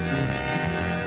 and